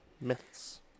myths